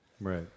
Right